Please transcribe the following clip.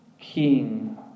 king